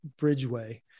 Bridgeway